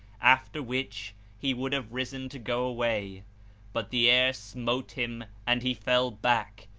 after which he would have risen to go away but the air smote him and he fell back,